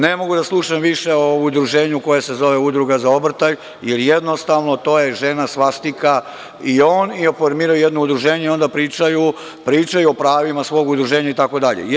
Ne mogu da slušam više o udruženju koje se zove „udruga za obrtaj“ jer jednostavno to je žena, svastika i on, formiraju jedno udruženje i onda pričaju o pravima svog udruženja i tako dalje.